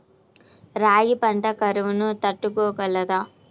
రాగి పంట కరువును తట్టుకోగలదా?